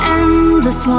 endless